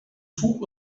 zug